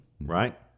right